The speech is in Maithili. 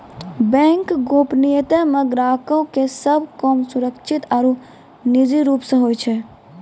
बैंक गोपनीयता मे ग्राहको के सभ काम सुरक्षित आरु निजी रूप से होय छै